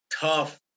tough